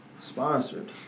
Sponsored